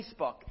Facebook